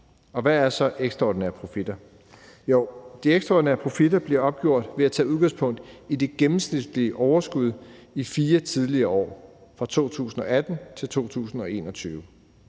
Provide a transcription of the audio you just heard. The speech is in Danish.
Hvad er så ekstraordinære profitter? Jo, de ekstraordinære profitter bliver opgjort ved at tage udgangspunkt i det gennemsnitlige overskud i 4 tidligere år fra 2018 til 2021.